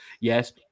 Yes